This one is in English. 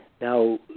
Now